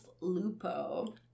Lupo